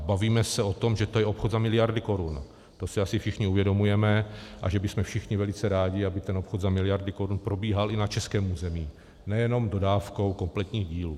Bavíme se o tom, že to je obchod za miliardy korun, to si asi všichni uvědomujeme, a že bychom všichni velice rádi, aby ten obchod za miliardy korun probíhal i na českém území, nejenom dodávkou kompletních dílů.